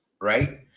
right